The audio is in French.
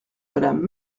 madame